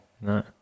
no